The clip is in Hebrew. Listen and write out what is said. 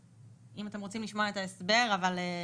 אם אתם רוצים לשמוע את ההסבר האפידמיולוגי,